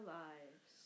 lives